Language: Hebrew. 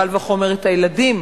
קל וחומר את הילדים,